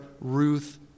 Ruth